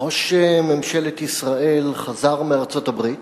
ראש ממשלת ישראל חזר מארצות-הברית